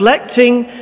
reflecting